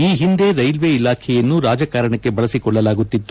ಈ ಹಿಂದೆ ರೈಲ್ವೆ ಇಲಾಖೆಯನ್ನು ರಾಜಕಾರಣಕ್ಕೆ ಬಳಸಿಕೊಳ್ಳಲಾಗುತ್ತಿತ್ತು